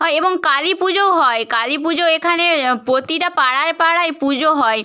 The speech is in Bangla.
এবং কালী পুজোও হয় কালী পুজো এখানে প্রতিটা পাড়ায় পাড়ায় পুজো হয়